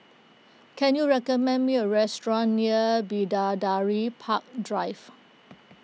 can you recommend me a restaurant near Bidadari Park Drive